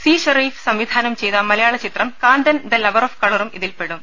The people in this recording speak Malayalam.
സി ഷെറീഫ് സംവിധാനം ചെയ്ത മലയാള ചിത്രം കാന്തൻ ദ ലവർ ഓഫ് കളറും ഇതിൽപെടും